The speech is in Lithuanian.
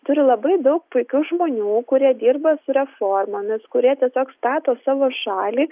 turi labai daug puikių žmonių kurie dirba su reformomis kurie tiesiog stato savo šalį